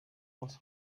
aus